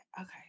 okay